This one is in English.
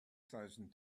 thousand